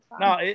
No